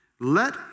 let